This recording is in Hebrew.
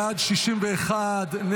בעד, 41,